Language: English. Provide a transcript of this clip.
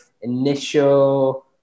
initial